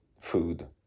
food